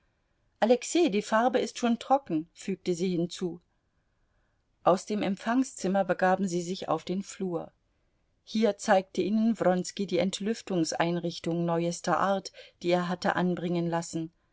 alexei die farbe ist schon trocken fügte sie hinzu aus dem empfangszimmer begaben sie sich auf den flur hier zeigte ihnen wronski die entlüftungseinrichtung neuester art die er hatte anbringen lassen